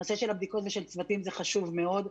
הנושא של הבדיקות של הצוותים זה חשוב מאוד,